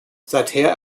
seither